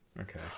okay